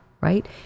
right